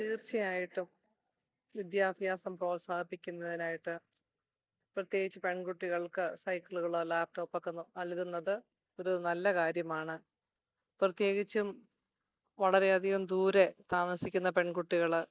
തീർച്ചയായിട്ടും വിദ്യാഭ്യാസം പ്രോത്സാഹിപ്പിക്കുന്നതിനായിട്ട് പ്രത്യേകിച്ച് പെൺകുട്ടികൾക്ക് സൈക്കിളുകള് ലാപ്പ്ടോപ്പൊക്കെ ന നൽകുന്നത് ഒരു നല്ലകാര്യമാണ് പ്രത്യേകിച്ചും വളരെയധികം ദൂരെ താമസിക്കുന്ന പെൺകുട്ടികള്